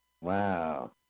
Wow